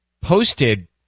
posted